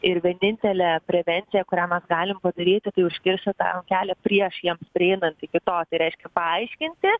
ir vienintelė prevencija kurią mes galim padaryti tai užkirsti tam kelią prieš jiem prieinant iki to tai reiškia paaiškinti